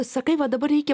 sakai va dabar reikia